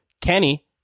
Kenny